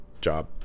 job